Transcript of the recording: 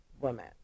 women